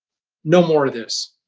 no more of this.